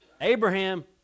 Abraham